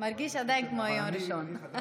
מרגיש עדיין כמו היום הראשון.